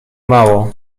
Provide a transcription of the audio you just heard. mało